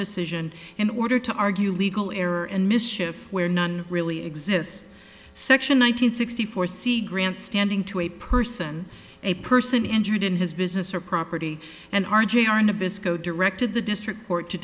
decision in order to argue legal error and miss ship where none really exists section one hundred sixty four c grandstanding to a person a person injured in his business or property and r j are nabisco directed the district court to